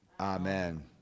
Amen